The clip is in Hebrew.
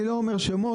אני לא אומר שמות,